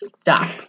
Stop